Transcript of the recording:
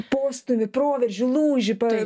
postūmį proveržį lūžį pa